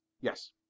Yes